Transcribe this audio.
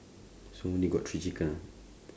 so only got three chicken ah